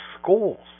schools